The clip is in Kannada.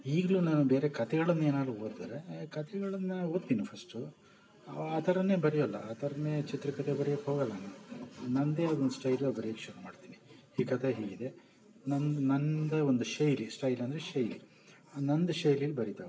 ಈಗಲೂ ನಾನು ಬೇರೆ ಕತೆಗಳನ್ನ ಏನಾರು ಓದ್ದ್ರೆ ಕತೆಗಳನ್ನು ಓದ್ತಿನಿ ಫಸ್ಟು ಆ ಥರನೇ ಬರೆಯಲ್ಲ ಆ ಥರನೇ ಚಿತ್ರಕತೆ ಬರ್ಯಕ್ಕೆ ಹೋಗಲ್ಲ ನಾನು ನನ್ನದೇ ಒಂದು ಸ್ಟೈಲಲ್ಲಿ ಬರ್ಯಕ್ಕೆ ಶುರು ಮಾಡ್ತಿನಿ ಈ ಕತೆ ಹೀಗಿದೆ ನನ್ನ ನನ್ನದೇ ಒಂದು ಶೈಲಿ ಸ್ಟೈಲ್ ಅಂದರೆ ಶೈಲಿ ಆ ನಂದು ಶೈಲಿಲಿ ಬರಿತಾ ಹೋಗ್ತೀನಿ